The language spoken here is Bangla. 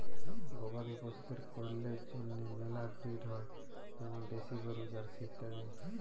গবাদি পশুদের পল্যের জন্হে মেলা ব্রিড হ্য় যেমল দেশি গরু, জার্সি ইত্যাদি